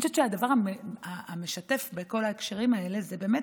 אני חושבת שהדבר המשתף בכל ההקשרים האלה זה באמת